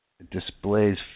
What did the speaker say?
displays